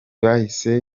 bahise